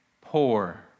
poor